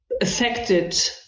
affected